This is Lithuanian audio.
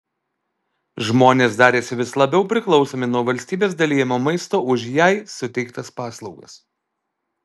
žmonės darėsi vis labiau priklausomi nuo valstybės dalijamo maisto už jai suteiktas paslaugas